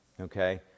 Okay